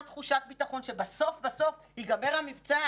תחושת ביטחון שבסוף בסוף ייגמר המבצע,